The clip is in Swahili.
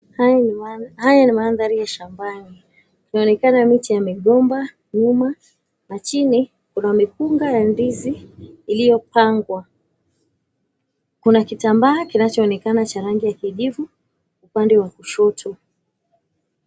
Haya ni mandhari ya shambani. Inaonekana miti ya migomba nyuma, na chini kuna mikunga ya ndizi iliyopangwa. Kuna kitambaa cha rangi ya kijivu, upande wa kushoto.